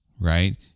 right